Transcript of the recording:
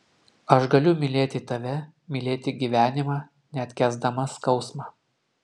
aš galiu mylėti tave mylėti gyvenimą net kęsdama skausmą